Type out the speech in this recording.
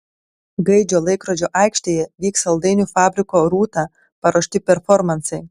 gaidžio laikrodžio aikštėje vyks saldainių fabriko rūta paruošti performansai